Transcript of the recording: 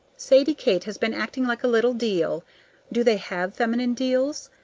sadie kate has been acting like a little deil do they have feminine deils?